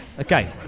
okay